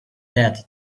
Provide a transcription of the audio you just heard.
that